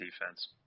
defense